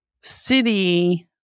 city